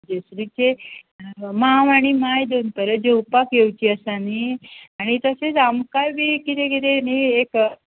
मांव आनी मांय दनपारां जेवपाक येवची आसा न्हय आनी तशेंच आमकांय न्हय कितें कितें न्हय एक